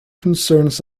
concerns